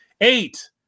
Eight